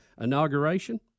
inauguration